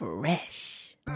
Fresh